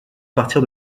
partir